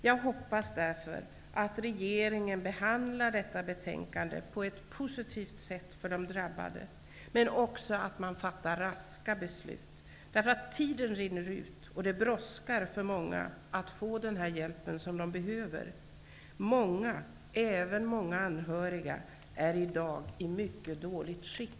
Jag hoppas därför att regeringen behandlar detta betänkande på ett positivt sätt för de drabbade och också fattar raska beslut, därför att tiden rinner ut. Det brådskar för många att få den hjälp som de behöver. Många, även många anhöriga, är i dag i mycket dåligt skick.